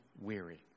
weary